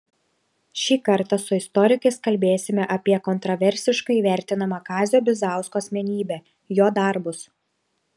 šį kartą su istorikais kalbėsime apie kontraversiškai vertinamą kazio bizausko asmenybę jo darbus